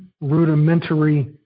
rudimentary